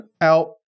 out